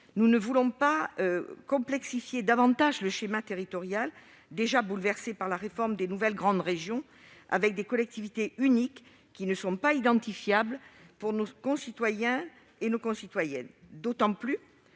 nous ne voulons pas complexifier davantage le schéma territorial, déjà bouleversé par la réforme des nouvelles grandes régions, par la création de collectivités uniques qui ne seraient pas identifiables par nos concitoyennes et nos concitoyens. D'autant plus